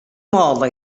mála